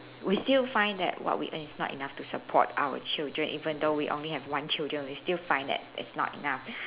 we still find that what we earn is not enough to support our children even though we only have one children we still find that it's not enough